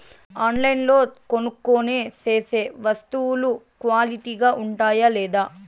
ఆన్లైన్లో కొనుక్కొనే సేసే వస్తువులు క్వాలిటీ గా ఉండాయా లేదా?